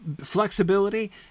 Flexibility